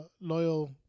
loyal